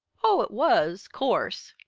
oh, it was, course!